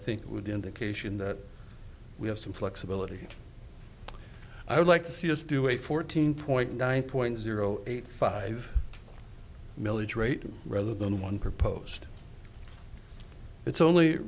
think it would be indication that we have some flexibility i would like to see us do a fourteen point nine point zero eight five milledge rate rather than one proposed it's only